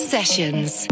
Sessions